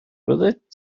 byddet